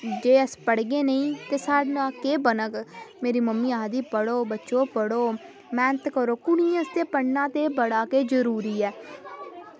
जे अस पढ़गे नेईं ते साढ़ा केह् बनग मेरी मम्मी आक्खदी पढ़ो बच्चो पढ़ो